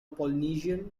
polynesian